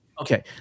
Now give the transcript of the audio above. Okay